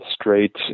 straight